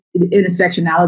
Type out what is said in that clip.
intersectionality